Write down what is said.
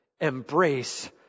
Embrace